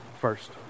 First